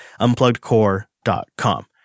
Unpluggedcore.com